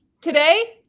Today